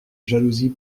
jalousie